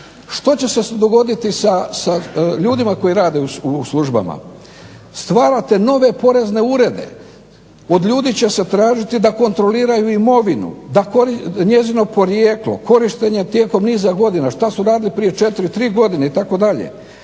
Što će se dogoditi sa ljudima koji rade u službama? Stvarate nove porezne urede, od ljudi će se tražiti da kontroliraju imovinu, njezino porijeklo, korištenje tijekom niza godina, šta su radili prije 4, 3 godine itd.,